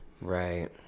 Right